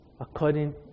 According